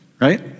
right